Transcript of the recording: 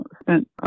spent